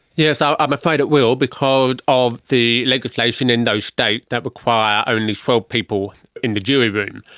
yes, i'm um afraid it will because of the legislation in those states that require only twelve people in the jury room.